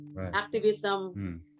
activism